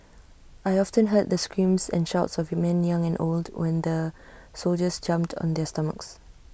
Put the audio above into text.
I often heard the screams and shouts of men young and old when the soldiers jumped on their stomachs